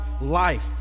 life